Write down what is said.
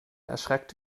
erschreckt